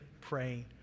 praying